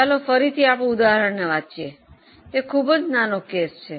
ચાલો ફરીથી ઉદાહરણને વાંચીએ તે ખૂબ નાનો કેસ છે